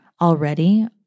already